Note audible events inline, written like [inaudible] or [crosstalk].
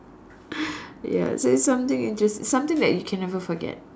[breath] ya so it's something interest something that you can never forget